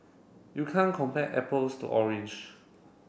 you can't compare apples to orange